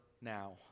now